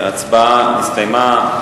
ההצבעה נסתיימה.